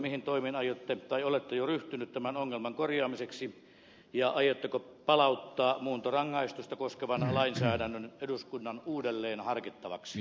mihin toimiin aiotte ryhtyä tai olette jo ryhtynyt tämän ongelman korjaamiseksi ja aiotteko palauttaa muuntorangaistusta koskevan lainsäädännön eduskunnan uudelleen harkittavaksi